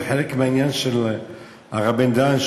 זה חלק מהעניין של הרב בן-דהן,